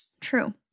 true